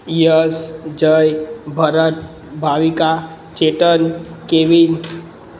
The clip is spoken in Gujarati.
યશ જય ભરત ભાવિકા ચેતન કૅવિન